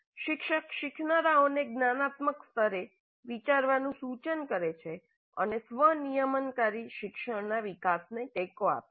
શિક્ષક શીખનારાઓને જ્ઞાનાત્મક સ્તરે વિચારવાનું સૂચન કરે છે અને સ્વ નિયમનકારી શિક્ષણના વિકાસને ટેકો આપે છે